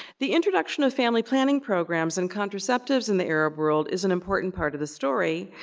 the introduction of family planning programs and contraceptives in the arab world is an important part of the story,